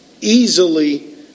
easily